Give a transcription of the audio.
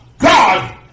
God